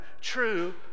true